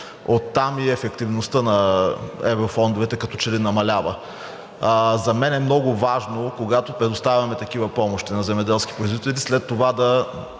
оттам и ефективността на еврофондовете като че ли намалява. За мен е много важно, когато предоставяме такива помощи на земеделски производители, след това да